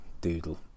Doodle